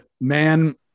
man